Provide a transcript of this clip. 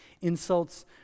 insults